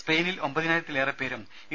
സ്പെയിനിൽ ഒമ്പതിനായിരത്തിലേറെപേരും യു